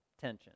tension